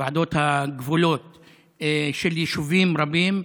ועדות הגבולות של יישובים רבים,